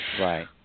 right